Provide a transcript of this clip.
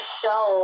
show